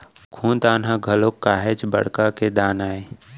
खून दान ह घलोक काहेच बड़का के दान आय